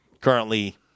currently